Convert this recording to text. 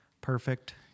perfect